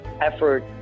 effort